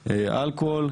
אלכוהול,